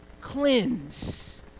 cleanse